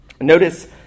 notice